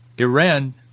Iran